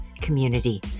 community